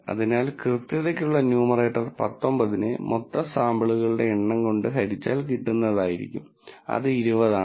അതിനാൽ കൃത്യതയ്ക്കുള്ള ന്യൂമറേറ്റർ 19 നെ മൊത്തം സാമ്പിളുകളുടെ എണ്ണം കൊണ്ട് ഹരിച്ചാൽ കിട്ടുന്നതായിരിക്കും അത് 20 ആണ്